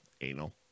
anal